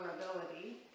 vulnerability